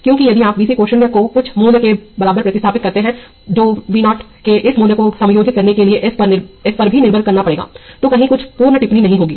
क्योंकियदि आप Vc के 0 को कुछ मूल्य के बराबर प्रतिस्थापित करते हैं जो V0 के इस मूल्य को समायोजित करने के लिए s पर भी निर्भर करना पड़ेगा तो कहीं कुछ पूर्ण टिप्पणी नहीं होगी